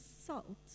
salt